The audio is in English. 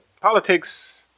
politics